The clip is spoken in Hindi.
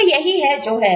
तो यही है जो है